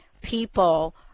people